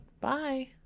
Bye